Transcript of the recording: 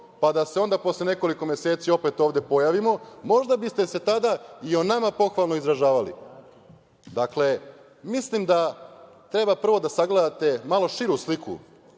pa da se onda posle nekoliko meseci opet ovde pojavimo, možda bi ste se tada i o nama pohvalno izražavali. Mislim da treba prvo da sagledate malo širu sliku